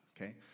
okay